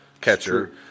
catcher